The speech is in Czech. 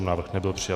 Návrh nebyl přijat.